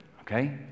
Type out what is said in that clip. okay